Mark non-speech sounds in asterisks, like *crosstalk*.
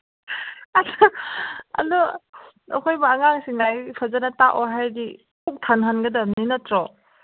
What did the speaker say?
ꯑꯗꯨ ꯑꯩꯈꯣꯏꯕꯨ ꯑꯉꯥꯡꯁꯤꯡ ꯂꯥꯏꯔꯤꯛ ꯐꯖꯅ ꯇꯥꯛꯑꯣ ꯍꯥꯏꯔꯗꯤ *unintelligible* ꯅꯠꯇ꯭ꯔꯣ